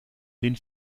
den